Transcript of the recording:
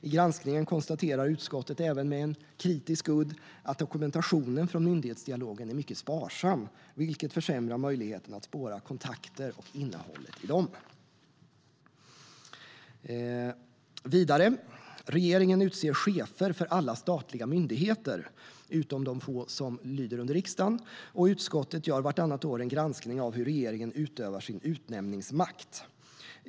I granskningen konstaterar utskottet med en kritisk udd att dokumentationen från myndighetsdialogen är mycket sparsam, vilket försämrar möjligheten att spåra kontakter och innehållet i dem. Regeringen utser chefer för alla statliga myndigheter utom de få som lyder under riksdagen, och utskottet gör vartannat år en granskning av hur regeringen utövar sin utnämningsmakt.